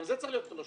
אני